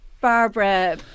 Barbara